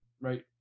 right